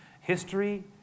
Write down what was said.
history